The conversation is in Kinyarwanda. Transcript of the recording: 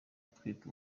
atwite